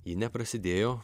ji neprasidėjo